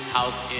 House